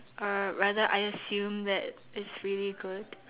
or rather I assume that it's really good